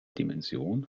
dimension